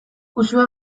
uxue